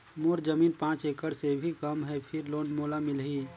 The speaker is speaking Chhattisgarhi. मोर जमीन पांच एकड़ से भी कम है फिर लोन मोला मिलही?